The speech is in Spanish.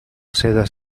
sedas